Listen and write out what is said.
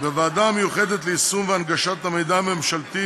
בוועדה המיוחדת ליישום והנגשת המידע הממשלתי